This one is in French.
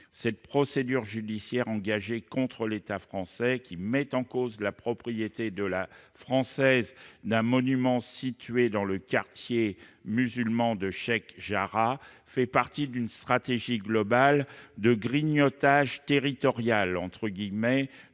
Cette procédure judiciaire engagée contre l'État français, qui met en cause la propriété française d'un monument situé dans le quartier musulman de Cheikh Jarrah, fait partie d'une stratégie globale de « grignotage territorial »